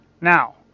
Now